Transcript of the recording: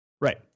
Right